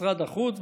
משרד החוץ,